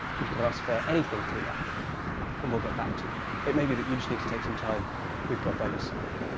you can ask for anything through that and we'll get back to you. it may be that you just need to take some time with god by yourself,